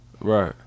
right